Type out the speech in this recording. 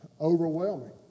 overwhelming